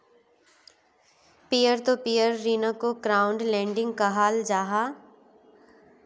peer to peer ऋन्नोक crowd lending कहाल जाहा